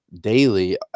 daily